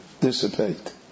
dissipate